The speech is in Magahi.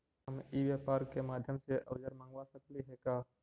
हम ई व्यापार के माध्यम से औजर मँगवा सकली हे का?